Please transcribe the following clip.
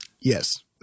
Yes